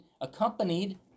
accompanied